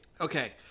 Okay